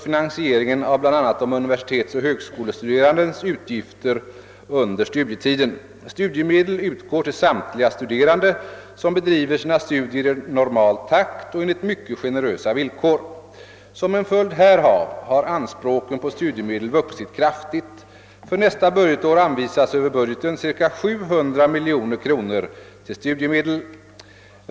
finansieringen av bl.a. de universitetsoch högskolestuderandes utgifter under studietiden. Studiemedel utgår till samtliga studerande som bedriver sina studier i normal takt och de ges enligt mycket generösa villkor. Som en följd härav har anspråken på studiemedel vuxit kraftigt. För nästa budgetår anvisas över budgeten ca 700 milj.kr. till studiemedel.